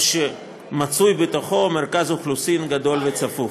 או שמצוי בתוכו מרכז אוכלוסין גדול וצפוף.